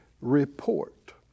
report